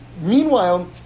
meanwhile